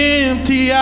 empty